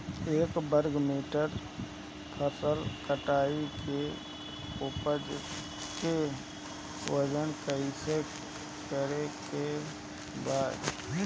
एक वर्ग मीटर फसल कटाई के उपज के वजन कैसे करे के बा?